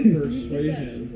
persuasion